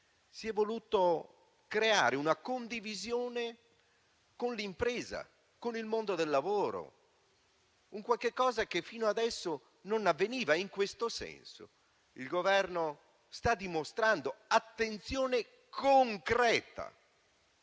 si è voluta creare una condivisione con l'impresa e con il mondo del lavoro, un qualche cosa che fino adesso non avveniva. In questo senso il Governo sta dimostrando attenzione concreta